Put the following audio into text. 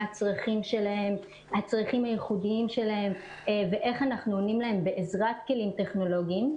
מה הצרכים הייחודיים שלהן ואיך עונים להן בעזרת כלים טכנולוגיים,